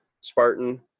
Spartan